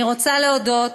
אני רוצה להודות